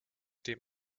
dem